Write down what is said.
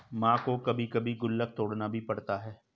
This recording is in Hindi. मां को कभी कभी गुल्लक तोड़ना भी पड़ता है